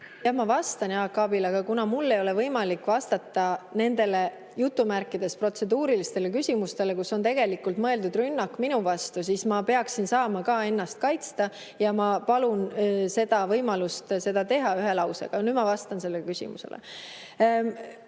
Jah, ma vastan Jaak Aabile, aga kuna mul ei ole võimalik vastata nendele "protseduurilistele küsimustele", mis on tegelikult rünnak minu vastu, siis ma peaksin saama ka ennast kaitsta ja ma palun seda võimalust teha seda ühe lausega. Nüüd ma vastan sellele küsimusele.